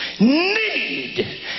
need